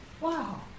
Wow